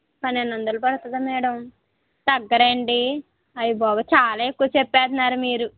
పన్నెండు వందలు పడుతుందా మేడం తగ్గరా అండి అయ్య బాబోయ్ చాలా ఎక్కువ చెప్పేస్తున్నారు మీరు